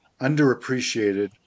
underappreciated